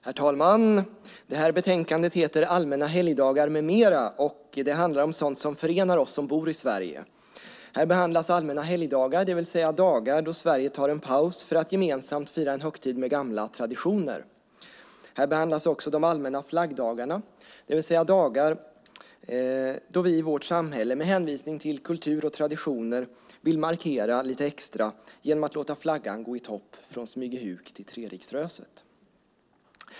Herr talman! Det här betänkandet heter Allmänna helgdagar m.m. Det handlar om sådant som förenar oss som bor i Sverige. Här behandlas allmänna helgdagar, det vill säga dagar då Sverige tar en paus för att gemensamt fira en högtid med gamla traditioner. Här behandlas också de allmänna flaggdagarna, det vill säga dagar då vi i vårt samhälle, med hänvisning till kultur och traditioner, vill markera lite extra genom att låta flaggan gå i topp från Smygehuk till Treriksröset.